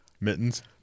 mittens